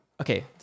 okay